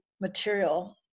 material